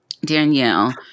danielle